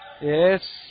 Yes